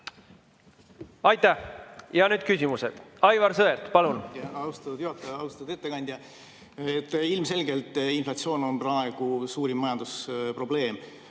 Aitäh! Ja nüüd küsimused. Aivar Sõerd, palun! Austatud juhataja! Austatud ettekandja! Ilmselgelt inflatsioon on praegu suurim majandusprobleem